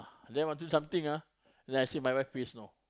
then want do something ah then I see my wife face know